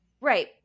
Right